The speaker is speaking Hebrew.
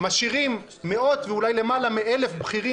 משאירים מאות ואולי למעלה מ-1,000 בכירים